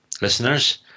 listeners